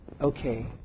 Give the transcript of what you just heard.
okay